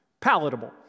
palatable